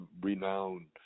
renowned